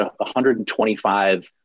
125